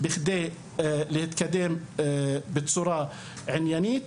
בכדי להתקדם בצורה עניינית,